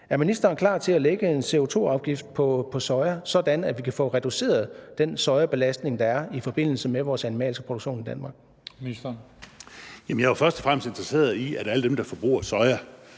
Er ministeren klar til at lægge en CO₂-afgift på soja, sådan at vi kan få reduceret den sojabelastning, der er, i forbindelse med vores animalske produktion i Danmark? Kl. 17:06 Den fg. formand (Christian Juhl): Ministeren.